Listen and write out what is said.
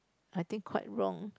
I think quite wrong